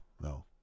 no